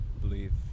believe